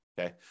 okay